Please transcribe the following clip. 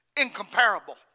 incomparable